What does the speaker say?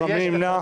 10. מי נמנע?